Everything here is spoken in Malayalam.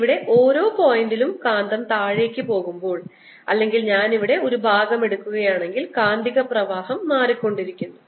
ഇവിടെ ഓരോ പോയിന്റിലും കാന്തം താഴേക്ക് പോകുമ്പോൾ അല്ലെങ്കിൽ ഞാൻ ഇവിടെ ഒരു ഭാഗം എടുക്കുകയാണെങ്കിൽ കാന്തിക പ്രവാഹം മാറുന്നു